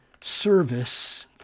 service